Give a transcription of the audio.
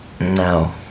No